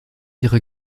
ihre